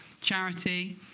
charity